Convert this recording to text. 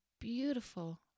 beautiful